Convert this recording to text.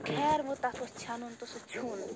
خیر وۄنۍ تَتھ اوس ژھیٚنُن تہٕ سُہ ژھیٛون